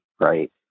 right